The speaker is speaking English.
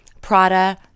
Prada